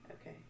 Okay